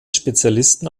spezialisten